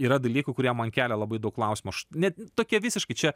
yra dalykų kurie man kelia labai daug klausimų aš net tokie visiškai čia